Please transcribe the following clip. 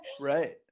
Right